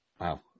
wow